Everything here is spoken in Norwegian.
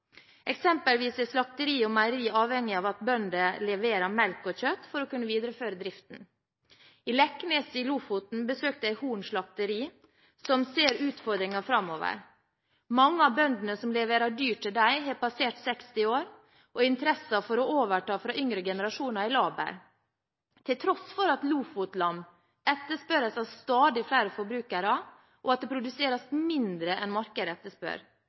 Eksempelvis er slakteri og meieri avhengig av at bønder leverer melk og kjøtt for å kunne videreføre driften. I Leknes i Lofoten besøkte jeg Horns Slakteri, som ser utfordringer framover. Mange av bøndene som leverer dyr til dem, har passert 60 år, og interessen for å overta fra yngre generasjoner er laber. Til tross for at Lofotlam etterspørres av stadig flere forbrukere, og at det produseres mindre enn markedet etterspør,